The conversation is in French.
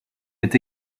est